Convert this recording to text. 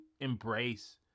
embrace